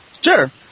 Sure